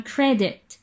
Credit